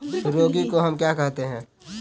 रागी को हम क्या कहते हैं?